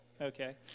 okay